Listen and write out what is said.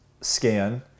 scan